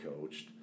coached